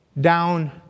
down